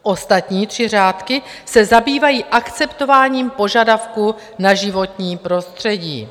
Ostatní tři řádky se zabývají akceptováním požadavků na životní prostředí.